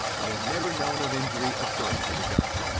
i have never known of injury occurring to the gun.